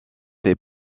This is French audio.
ses